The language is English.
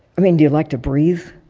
i mean, do you like to breathe?